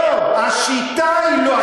לא, השיטה היא לא השיטה.